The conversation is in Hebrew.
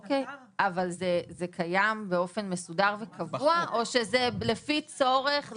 זה קיים באופן מסודר וקבוע או שזה לפי צורך?